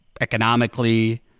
economically